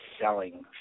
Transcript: selling